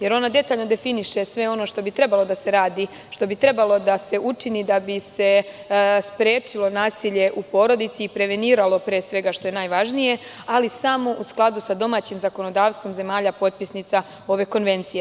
Jer, ona detaljno definiše sve ono što bi trebalo da se radi, što bi trebalo da se učini da bi se sprečilo nasilje u porodici i preveniralo pre svega, što je najvažnije, ali samo u skladu sa domaćem zakonodavstvom zemalja potpisnica ove konvencije.